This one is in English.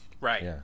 right